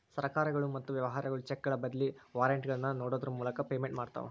ಸರ್ಕಾರಗಳು ಮತ್ತ ವ್ಯವಹಾರಗಳು ಚೆಕ್ಗಳ ಬದ್ಲಿ ವಾರೆಂಟ್ಗಳನ್ನ ನೇಡೋದ್ರ ಮೂಲಕ ಪೇಮೆಂಟ್ ಮಾಡ್ತವಾ